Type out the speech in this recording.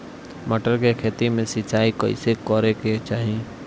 मटर के खेती मे सिचाई कइसे करे के चाही?